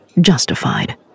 justified